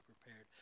prepared